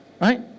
right